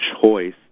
choice